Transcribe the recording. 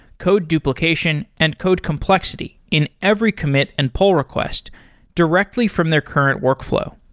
code duplication and code complexity in every commit and poll request directly from their current workflow.